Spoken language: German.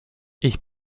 ich